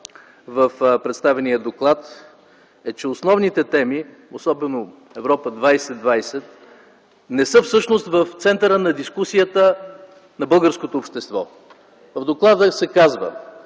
в представения доклад, е, че основните теми, особено „Европа 2020”, всъщност не са в центъра на дискусията на българското общество. В доклада се казва,